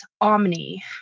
Omni